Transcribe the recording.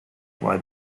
away